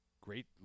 Great